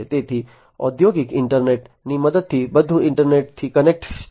તેથી ઔદ્યોગિક ઇન્ટરનેટની મદદથી બધું ઇન્ટરનેટથી કનેક્ટ થશે